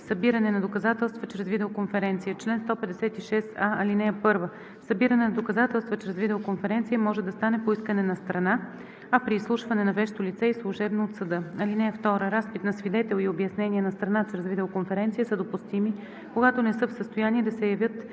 „Събиране на доказателства чрез видеоконференция Чл. 156а. (1) Събиране на доказателства чрез видеоконференция може да стане по искане на страна, а при изслушване на вещо лице и служебно от съда. (2) Разпит на свидетел и обяснения на страна чрез видеоконференция са допустими, когато не са в състояние да се явят